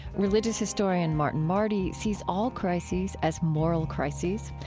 religious historian martin marty sees all crises as moral crises.